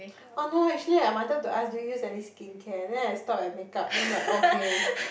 oh no actually I wanted to ask do you use any skincare then I stopped at makeup then I'm like okay